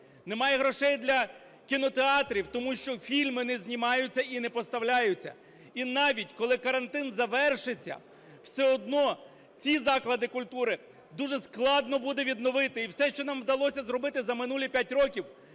немає грошей для кінотеатрів, тому що фільми не знімаються і не поставляються. І навіть коли карантин завершиться, все одно ці заклади культури дуже складно буде відновити. І все, що нам вдалося зробити за минулі 5 років